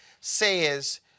says